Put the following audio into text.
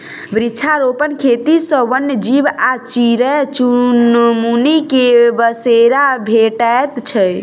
वृक्षारोपण खेती सॅ वन्य जीव आ चिड़ै चुनमुनी के बसेरा भेटैत छै